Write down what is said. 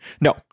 No